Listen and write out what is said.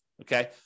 okay